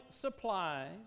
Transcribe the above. supplies